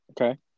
Okay